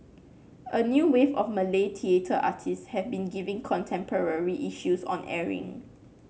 a new wave of Malay theatre artist have been giving contemporary issues on airing